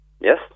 Yes